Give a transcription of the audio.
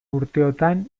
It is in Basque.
urteotan